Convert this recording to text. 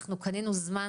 אנחנו קנינו זמן.